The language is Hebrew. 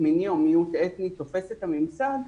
מיני או מיעוט אתני תופס את הממסד,